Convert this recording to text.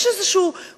יש איזה קונסנזוס,